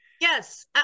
Yes